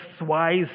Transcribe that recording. wise